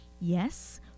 Yes